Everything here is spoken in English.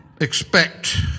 expect